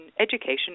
education